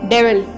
Devil